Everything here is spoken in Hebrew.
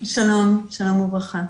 שלום וברכה.